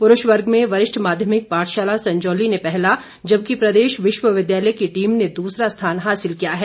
पुरूष वर्ग में वरिष्ठ माध्यमिक पाठशाला संजौली ने पहला जबकि प्रदेश विश्वविद्यालय की टीम ने दूसरा स्थान हासिल किया है